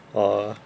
orh